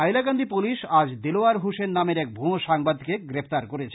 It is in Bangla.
হাইকান্দি পুলিশ আজ দিলওয়ার হুসেন নামের এক ভূয়া সাংবাদিকে গ্রেফতার করেছে